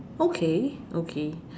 okay okay